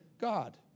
God